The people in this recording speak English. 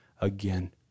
again